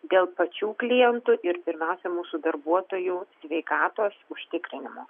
dėl pačių klientų ir pirmiausia mūsų darbuotojų sveikatos užtikrinimo